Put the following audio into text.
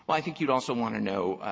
i think you'd also want to know,